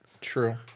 True